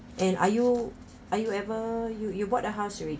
and are you are you ever you you bought a house already